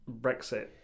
Brexit